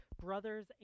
brothers